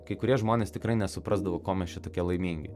kai kurie žmonės tikrai nesuprasdavo ko mes čia tokie laimingi